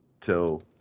till